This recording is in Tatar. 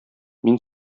мин